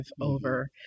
over